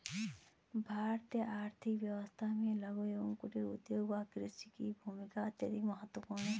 भारतीय आर्थिक व्यवस्था में लघु एवं कुटीर उद्योग व कृषि की भूमिका अत्यंत महत्वपूर्ण है